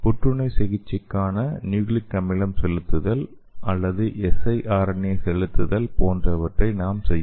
புற்றுநோய் சிகிச்சைக்காக நியூக்ளிக் அமிலம் செலுத்துதல் அல்லது siRNA செலுத்துதல் போன்றவற்றை நாம் செய்யலாம்